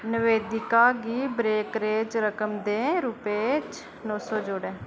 नवेदिका गी ब्रोकरेज रकम दे रूपै च नौ सौ जोड़ो